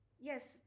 Yes